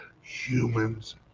Humans